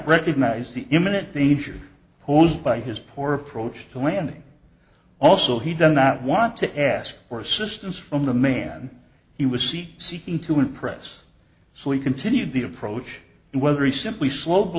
recognize the imminent danger posed by his poor approach to landing also he does not want to ask for assistance from the man he was sea seeking to impress so he continued the approach and whether he simply slow